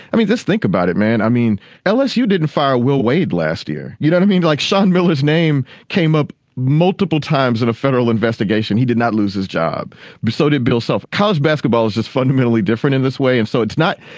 i mean just think about it man. i mean ellis you didn't fire will wade last year. you don't have been like sean miller his name came up multiple times in a federal investigation he did not lose his job but so did bill self. college basketball is just fundamentally different in this way and so it's not.